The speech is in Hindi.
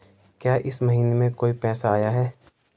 क्या इस महीने कोई पैसा आया है?